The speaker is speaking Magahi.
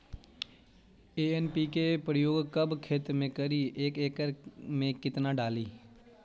एन.पी.के प्रयोग कब खेत मे करि एक एकड़ मे कितना डाली?